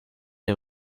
him